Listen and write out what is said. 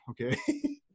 Okay